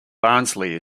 barnsley